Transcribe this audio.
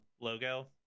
logo